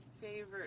favorite